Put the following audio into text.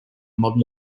modern